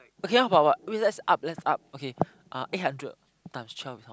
okay how about what wait lets up lets up okay uh eight hundred times twelve is how much